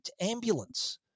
ambulance